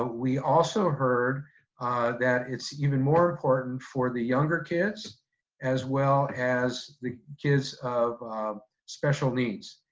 ah we also heard that it's even more important for the younger kids as well as the kids of special needs.